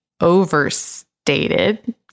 overstated